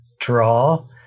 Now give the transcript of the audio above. draw